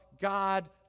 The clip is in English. God